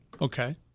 Okay